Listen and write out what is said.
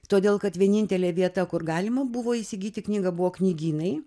todėl kad vienintelė vieta kur galima buvo įsigyti knygą buvo knygynai